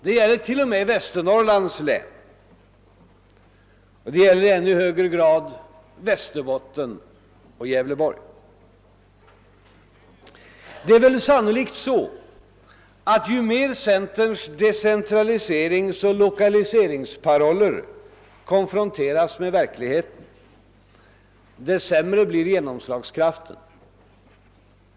Detta gäller t.ex. för Västernorrlands län och i ännu högre grad för Västerbottens och Gävleborgs län. Sannolikt är det så att ju mer centerns decéentraliseringsoch lokaliseringsparoller konfronteras med verkligheten, desto sämre blir genomslagskraften.